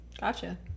gotcha